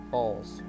Balls